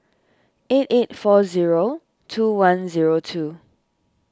eight eight four zero two one zero two